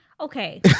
Okay